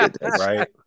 Right